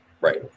Right